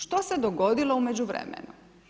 Što se dogodilo u međuvremenu?